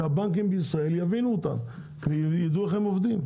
שהבנקים בישראל יבינו אותם וידעו איך הם עובדים.